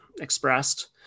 expressed